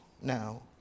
now